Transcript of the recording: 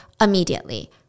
immediately